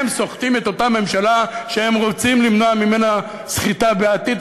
הם סוחטים את אותה ממשלה שהם רוצים למנוע ממנה סחיטה בעתיד,